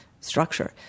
structure